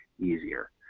easier